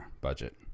budget